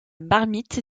marmite